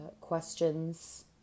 questions